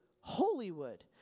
Hollywood